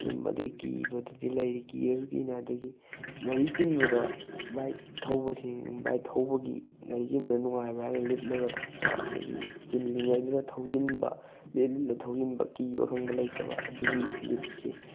ꯑꯗꯨꯝ ꯑꯗꯨꯒꯤ ꯀꯤꯕꯗꯨꯗꯤ ꯂꯩꯔꯤ ꯀꯤꯔꯁꯨ ꯀꯤꯅ ꯑꯗꯒꯤ ꯒꯥꯔꯤ ꯆꯤꯟꯕꯗ ꯕꯥꯏꯛ ꯊꯧꯕꯁꯤ ꯕꯥꯏꯛ ꯊꯧꯕꯒꯤ ꯒꯥꯔꯤ ꯆꯤꯟꯕꯗ ꯅꯨꯡꯉꯥꯏꯕ ꯍꯥꯏꯔꯒꯅ ꯂꯤꯠꯂꯒ ꯊꯧꯕ ꯑꯗꯒꯤ ꯆꯤꯜꯂꯤꯉꯩꯗꯨꯗ ꯊꯧꯖꯤꯟꯕ ꯂꯤꯠꯂ ꯂꯤꯠꯂ ꯊꯧꯖꯤꯟꯕ ꯀꯤꯕ ꯈꯪꯕ ꯂꯩꯇꯕ ꯑꯗꯨꯒꯤ ꯂꯤꯠꯄꯁꯦ